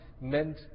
meant